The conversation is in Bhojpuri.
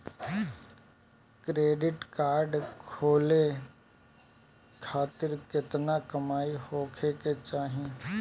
क्रेडिट कार्ड खोले खातिर केतना कमाई होखे के चाही?